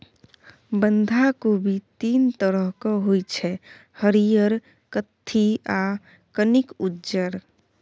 बंधा कोबी तीन तरहक होइ छै हरियर, कत्थी आ कनिक उज्जर